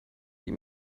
ihm